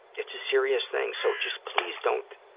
it's a serious thing, so just please don't,